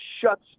shuts